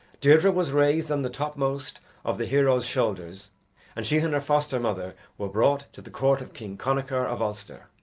deirdre was raised on the topmost of the heroes' shoulders and she and her foster-mother were brought to the court of king connachar of ulster.